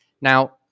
Now